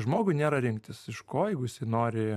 žmogui nėra rinktis iš ko jeigu jisai nori